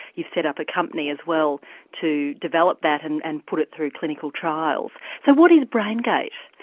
you've set up a company as well to develop that and and put it through clinical trials. so what is brain gate?